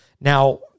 now